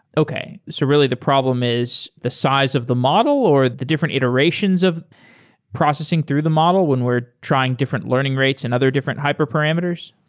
okay. so, really, the problem is the size of the model or the different iterations of processing through the model when we're trying different learning rates and other different hyperparameters?